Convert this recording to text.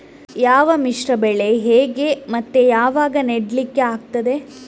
ಯಾವ ಮಿಶ್ರ ಬೆಳೆ ಹೇಗೆ ಮತ್ತೆ ಯಾವಾಗ ನೆಡ್ಲಿಕ್ಕೆ ಆಗ್ತದೆ?